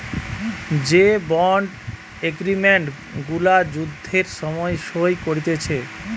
যে bond agreement গুলা যুদ্ধের সময় সই করতিছে